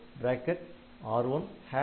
LDR R0R14